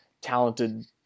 talented